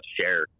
share